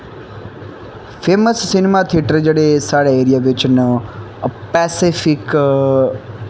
famous cinema theatre जेह्ड़े साढ़े area बिच्च न पैसिफिक